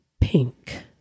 Pink